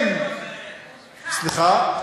סליחה?